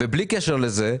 בלי קשר לזה,